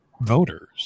voters